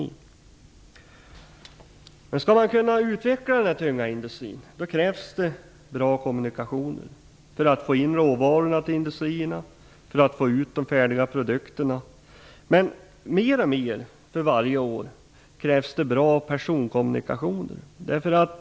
Om man skall kunna utveckla den tunga industrin krävs det bra kommunikationer, för att få in råvarorna till industrierna och för att få ut de färdiga produkterna. Men mer och mer för varje år krävs det bra personkommunikationer.